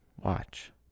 watch